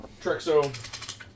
Trexo